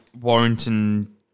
Warrington